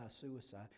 suicide